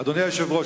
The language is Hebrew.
אדוני היושב-ראש,